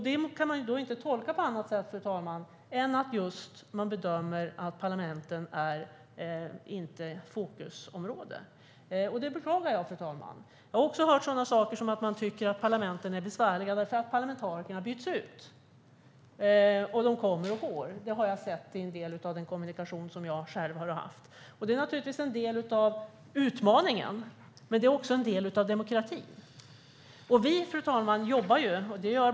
Det kan inte tolkas på annat sätt än att parlamenten inte bedöms vara fokusområden. Det beklagar jag. Jag har också hört att man tycker att parlamenten är besvärliga eftersom parlamentarikerna byts ut. De kommer och går. Det har jag sett i en del av den kommunikation jag själv har haft. Det är naturligtvis en del av utmaningen, men det är också en del av demokratin. Fru talman!